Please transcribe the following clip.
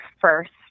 first